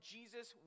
Jesus